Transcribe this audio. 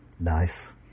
Nice